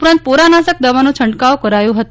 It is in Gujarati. ઉપરાંત પોરાનાશક દવાનો છંટકાવ કરાયો ફતો